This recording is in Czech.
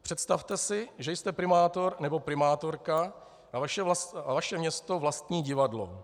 Představte si, že jste primátor nebo primátorka a vaše město vlastní divadlo.